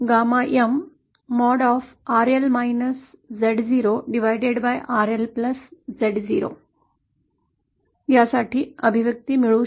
coshinverse साठी अभिव्यक्ती मिळवू